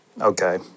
Okay